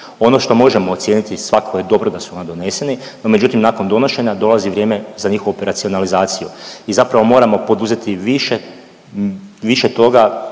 Ono što možemo ocijeniti svakako je dobro da su doneseni, no međutim nakon donošenja dolazi vrijeme za njihovu operacionalizaciju i zapravo moramo poduzeti više,